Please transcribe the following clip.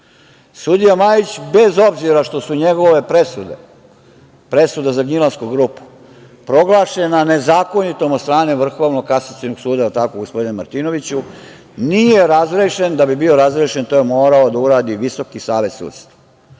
zakonu. Sudija Majić, bez obzira što su njegove presude, presuda za Gnjilansku grupu proglašena nezakonitom od strane Vrhovnog kasacionog suda, je li tako, gospodine Martinoviću, nije razrešen da bi bio razrešen, to je morao da uradi Visoki savet sudstva.